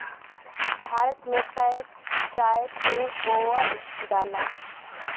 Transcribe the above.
भारत में त चाय खूब बोअल जाला